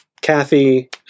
kathy